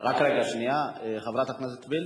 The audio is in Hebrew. רק רגע, שנייה, חברת הכנסת וילף,